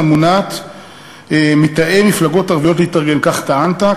מונעת מתאי מפלגות ערביות להתארגן" כך טענת,